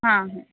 हां हां